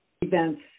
events